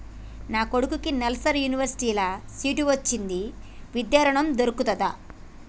నా కొడుకుకి నల్సార్ యూనివర్సిటీ ల సీట్ వచ్చింది విద్య ఋణం దొర్కుతదా?